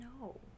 No